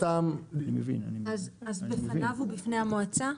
אז בפניו ובפני המועצה?